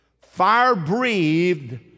fire-breathed